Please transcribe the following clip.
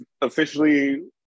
officially